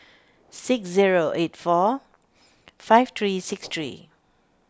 six zero eight four five three six three